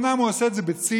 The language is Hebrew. אומנם הוא עושה את זה בציניות,